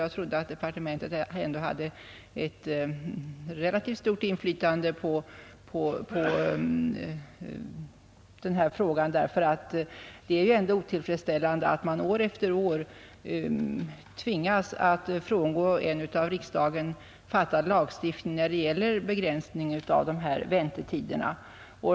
Jag trodde att departementet ändå hade ett relativt stort inflytande på den här frågan, därför att det är ju otillfredsställande att man år efter år tvingas frångå en av riksdagen fastställd lagstiftning när det gäller begränsning av dessa väntetider.